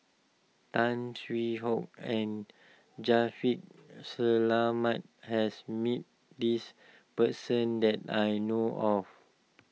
Tan Hwee Hock and Selamat has met this person that I know of